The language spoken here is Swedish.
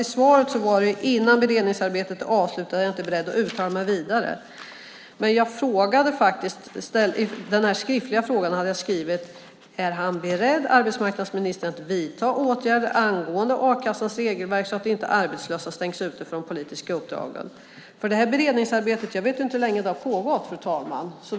Men i svaret sade han att "innan beredningsarbetet är avslutat är jag inte beredd att uttala mig vidare". I min skriftliga fråga undrade jag om arbetsmarknadsministern är beredd att vidta åtgärder angående a-kassans regelverk så att inte arbetslösa stängs ute från politiska uppdrag. Jag vet inte hur länge beredningsarbetet har pågått, fru talman.